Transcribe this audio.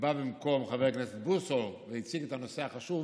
ובא במקום חבר הכנסת בוסו והציג את הנושא החשוב,